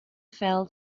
fell